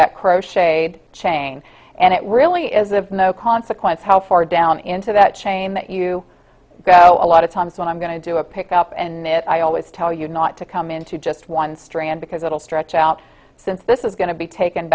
that crocheted chain and it really is of no consequence how far down into that chain that you go a lot of times when i'm going to do a pick up and knit i always tell you not to come into just one strand because it'll stretch out since this is going to be taken